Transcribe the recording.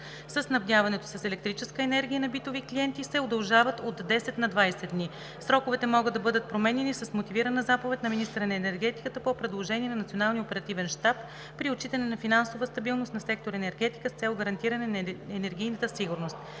със снабдяването с електрическа енергия на битови клиенти се удължават от 10 на 20 дни. Сроковете може да бъдат променяни с мотивирана заповед на министъра на енергетиката по предложение на Националния оперативен щаб, при отчитане на финансовата стабилност на сектор „Енергетика“, с цел гарантиране на енергийната сигурност.